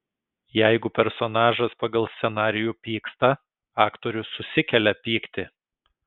jeigu personažas pagal scenarijų pyksta aktorius susikelia pyktį